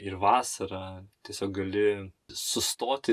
ir vasarą tiesiog gali sustoti